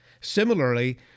Similarly